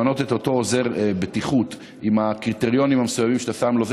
למנות את אותו עוזר בטיחות עם הקריטריונים המסוימים שאתה שם לו,